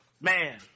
Man